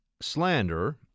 slander